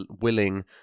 willing